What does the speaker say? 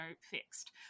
fixed